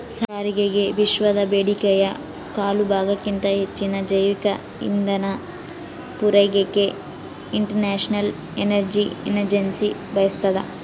ಸಾರಿಗೆಗೆವಿಶ್ವದ ಬೇಡಿಕೆಯ ಕಾಲುಭಾಗಕ್ಕಿಂತ ಹೆಚ್ಚಿನ ಜೈವಿಕ ಇಂಧನ ಪೂರೈಕೆಗೆ ಇಂಟರ್ನ್ಯಾಷನಲ್ ಎನರ್ಜಿ ಏಜೆನ್ಸಿ ಬಯಸ್ತಾದ